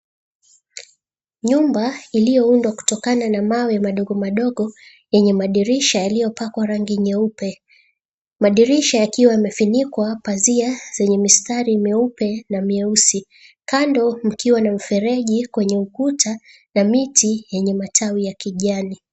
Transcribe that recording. Nyumba iliyoundwa kutokana na mawe madogo madogo yenye madirisha yaliyotawanywa rangi nyeupe , madirisha yakiwa yamefunikwa pazia zenye mistari meupe na miyeusi kando mkiwa na mifereji wenye ukuta na miti yenye matawi ya kijani.